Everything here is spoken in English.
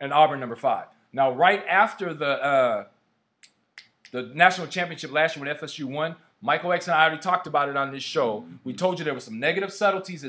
and auburn number five now right after the the national championship last one f s u one michael x i v talked about it on the show we told you there was some negative subtleties